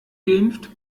geimpft